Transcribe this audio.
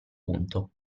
punto